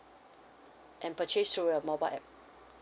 and purchase through your mobile app